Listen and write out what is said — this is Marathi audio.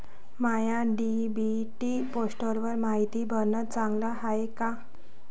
महा डी.बी.टी पोर्टलवर मायती भरनं चांगलं हाये का?